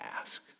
ask